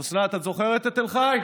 אוסנת, את זוכרת את תל חי?